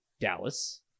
dallas